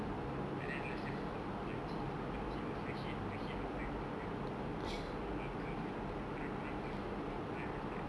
but then last time the mak cik the mak cik was ahead ahead of the uh curve you know dia orang dia orang buat dulu ah dia orang yang start